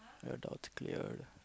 your doubts cleared